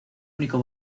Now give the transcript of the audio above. único